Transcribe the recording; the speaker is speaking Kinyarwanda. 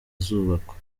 zubakwa